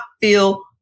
feel